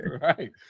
Right